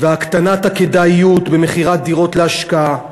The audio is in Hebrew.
והקטנת הכדאיות במכירת דירות להשקעה,